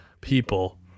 people